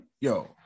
yo